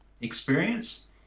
experience